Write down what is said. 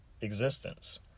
existence